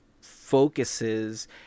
focuses